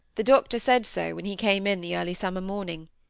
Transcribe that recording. the doctor said so, when he came in the early summer morning.